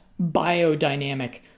biodynamic